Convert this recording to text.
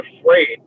afraid